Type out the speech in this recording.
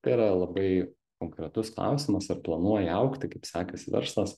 tai yra labai konkretus klausimas ar planuoji augti kaip sekasi verslas